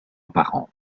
parent